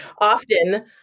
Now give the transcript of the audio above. Often